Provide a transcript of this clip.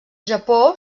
japó